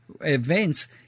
events